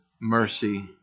mercy